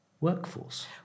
workforce